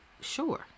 sure